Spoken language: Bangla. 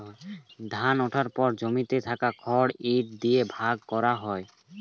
ধান ওঠার পর জমিতে থাকা খড় ইট দিয়ে ভাগ করা হয়